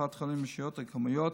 קופת חולים ורשויות מקומיות,